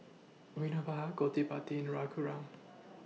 Vinoba Gottipati Raghuram